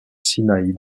sinaï